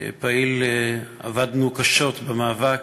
פעיל, עבדנו קשות במאבק